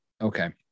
okay